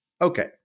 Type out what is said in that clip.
Okay